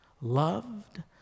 loved